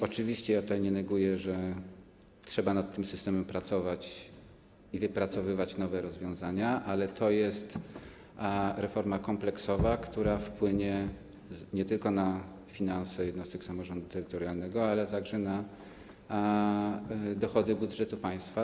Oczywiście ja tutaj nie neguję, że trzeba pracować nad tym systemem i wypracowywać nowe rozwiązania, ale jest to reforma kompleksowa, która wpłynie nie tylko na finanse jednostek samorządu terytorialnego, ale także na dochody budżetu państwa.